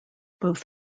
both